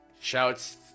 Shouts